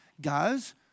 Guys